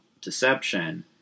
deception